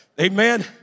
amen